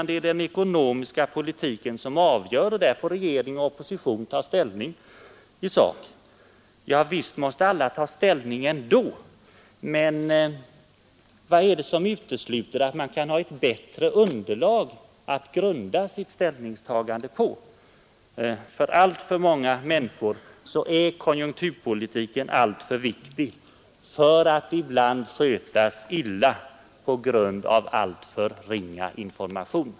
Det är den ekonomiska politiken som avgör, och där får regering och opposition ta ställning. Ja, visst måste alla ta ställning ändå. Men vad är det som utesluter att man kan ha ett bättre underlag att grunda sitt ställningstagande på? Konjunkturpolitiken är alltför viktig för alltför många människor för att misskötas genom alltför ringa information.